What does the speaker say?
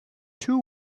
two